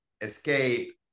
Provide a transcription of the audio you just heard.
escape